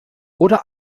oder